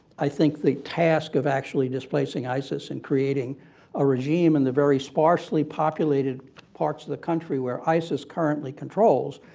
i think the task of actually displacing isis and creating a regime in the very sparsely populated parts of the country where isis currently controls,